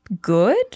good